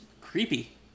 Creepy